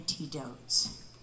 antidotes